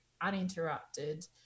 uninterrupted